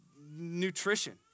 nutrition